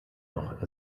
doch